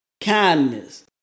kindness